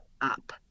up